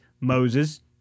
Moses